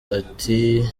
ati